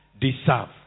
deserve